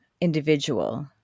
individual